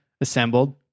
assembled